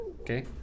okay